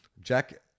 Jack